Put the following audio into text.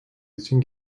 için